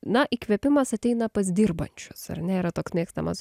na įkvėpimas ateina pas dirbančius ar ne yra toks mėgstamas